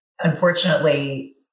unfortunately